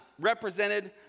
represented